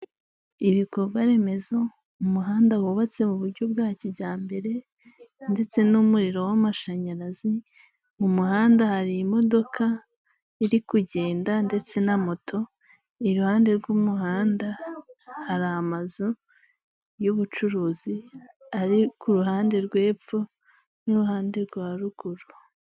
Ibikorwaremezo; umuhanda wubatse mu buryo bwa kijyambere ndetse n'umuriro w'amashanyarazi. Mu muhanda hari imodoka iri kugenda ndetse na moto. Iruhande rw'umuhanda hari amazu y'ubucuruzi ari ku ruhande rw'epfo n'uruhande rwa ruguru.